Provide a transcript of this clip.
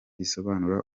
risobanura